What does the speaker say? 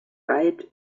weit